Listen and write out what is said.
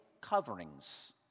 coverings